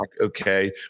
okay